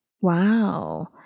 Wow